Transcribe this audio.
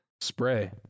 Spray